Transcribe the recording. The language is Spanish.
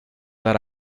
dar